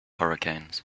hurricanes